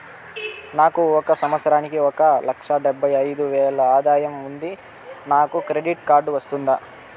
నాకు ఒక సంవత్సరానికి ఒక లక్ష డెబ్బై అయిదు వేలు ఆదాయం ఉంది నాకు క్రెడిట్ కార్డు వస్తుందా?